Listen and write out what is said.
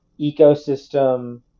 ecosystem